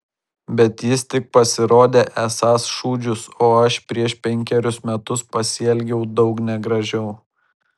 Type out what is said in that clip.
bet jis tik pasirodė esąs šūdžius o aš prieš penkerius metus pasielgiau daug negražiau